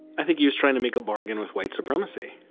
i think he was trying to make a bargain with white supremacy.